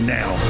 now